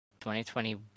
2020